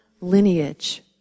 lineage